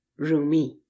Rumi